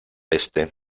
este